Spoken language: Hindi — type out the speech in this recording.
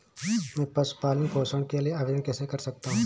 मैं पशु पालन पोषण के लिए आवेदन कैसे कर सकता हूँ?